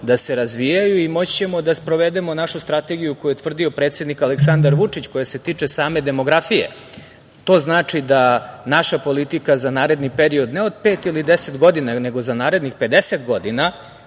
da se razvijaju i moći ćemo da sprovedemo našu strategiju, koju je utvrdio predsednik Aleksandar Vučić, koji se tiče same demografije. To znači da naša politika za naredni period, ne, od pet ili 10 godina, nego za narednih 50 godina